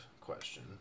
question